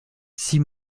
six